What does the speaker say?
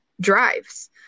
drives